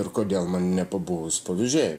ir kodėl man nepabuvus pavežėju